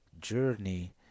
journey